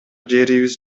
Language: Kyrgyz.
жерибиз